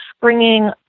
bringing